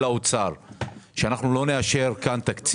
לא, בכל מקרה יהיה מעניין.